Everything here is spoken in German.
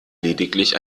lediglich